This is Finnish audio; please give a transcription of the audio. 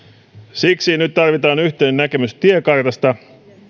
siksi nyt tarvitaan yhteinen näkemys tiekartasta